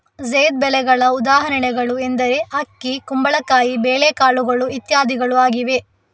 ಝೈದ್ ಬೆಳೆಗಳ ಉದಾಹರಣೆಗಳು ಎಂದರೆ ಅಕ್ಕಿ, ಕುಂಬಳಕಾಯಿ, ಬೇಳೆಕಾಳುಗಳು ಇತ್ಯಾದಿಗಳು ಆಗಿವೆ